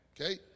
Okay